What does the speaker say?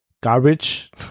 garbage